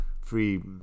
free